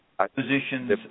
Positions